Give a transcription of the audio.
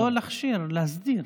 לא להכשיר, להסדיר.